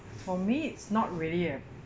for me it's not really a